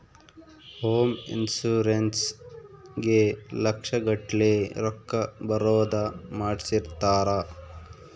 home insurance ಗೇ ಲಕ್ಷ ಗಟ್ಲೇ ರೊಕ್ಕ ಬರೋದ ಮಾಡ್ಸಿರ್ತಾರ